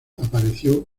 apareció